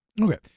Okay